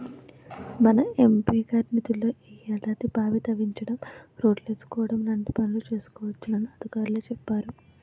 మన ఎం.పి గారి నిధుల్లో ఈ ఏడాది బావి తవ్వించడం, రోడ్లేసుకోవడం లాంటి పనులు చేసుకోవచ్చునని అధికారులే చెప్పేరు